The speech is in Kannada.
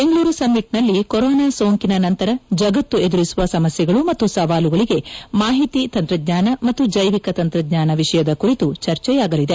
ಬೆಂಗಳೂರು ಸಮ್ಮಿಟ್ನಲ್ಲಿ ಕೊರೊನಾ ಸೋಂಕಿನ ನಂತರ ಜಗತ್ತು ಎದುರಿಸುವ ಸಮಸ್ಥೆಗಳು ಮತ್ತು ಸವಾಲುಗಳಿಗೆ ಮಾಹಿತಿ ತಂತ್ರಜ್ಞಾನ ಮತ್ತು ಚೈವಿಕ ತಂತ್ರಜ್ಞಾನ ವಿಷಯದ ಕುರಿತು ಚರ್ಚೆಯಾಗಲಿದೆ